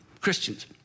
Christians